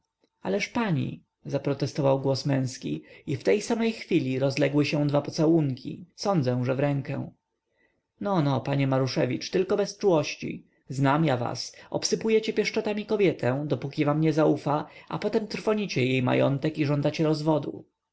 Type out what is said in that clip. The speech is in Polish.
ależ pani zaprotestował głos męski i w tej samej chwili rozległy się dwa pocałunki sądzę że w rękę no no panie maruszewicz bez czułości znam ja was obsypujecie pieszczotami kobietę dopóki wam nie zaufa a potem trwonicie jej majątek i żądacie rozwodu